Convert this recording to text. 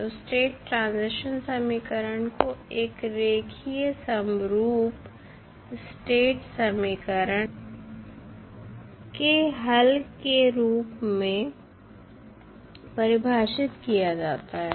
तो state transition समीकरण को एक रेखीय समरूप स्टेट समीकरण के हल के रूप में परिभषित किया जाता है